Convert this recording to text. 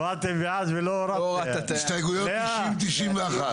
הסתייגויות 90 ו-91.